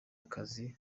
akazi